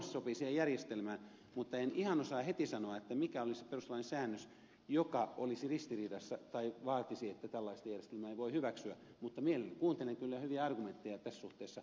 mutta en ihan osaa heti sanoa mikä olisi se perustuslain säännös joka olisi ristiriidassa tai vaatisi että tällaista järjestelmää ei voi hyväksyä mutta mielelläni kuuntelen kyllä hyviä argumentteja tässä suhteessa